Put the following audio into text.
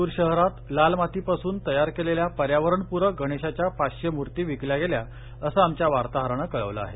लातूर शहरात लाल माती पासून तयार केलेल्या पर्यावरण पुरक गणेशाच्या पाचशे मुर्ती विकल्या गेल्या असं आमच्या वार्ताहरानं कळवलं आहे